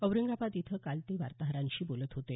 औरंगाबाद इथं काल ते वार्ताहरांशी बोलत होते